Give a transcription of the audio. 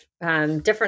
Different